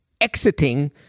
exiting